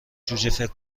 جوجه